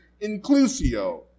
inclusio